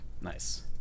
nice